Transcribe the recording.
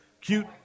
cute